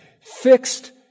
fixed